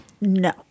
No